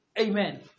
Amen